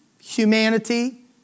humanity